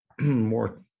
more